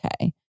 okay